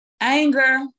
Anger